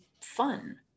fun